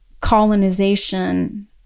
colonization